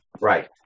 Right